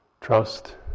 trust